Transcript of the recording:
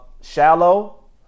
Shallow